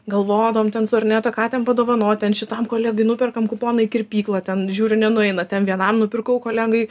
galvodavom ten su arneta ką ten padovanot ten šitam kolegai nuperkam kuponą į kirpykla ten žiūriu nenueina ten vienam nupirkau kolegai